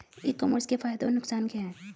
ई commerce के फायदे और नुकसान क्या हैं?